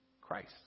Christ